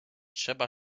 trzeba